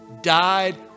died